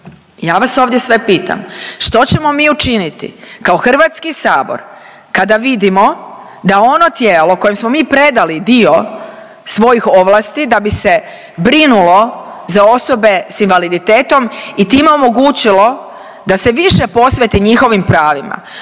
Ja vas ovdje sve pitam, što ćemo mi učiniti kao HS kada vidimo da ono tijelo kojem smo mi predali dio svojih ovlasti da bi se brinulo za osobe s invaliditetom i time omogućilo da se više posveti njihovim pravima